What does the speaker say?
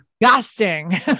disgusting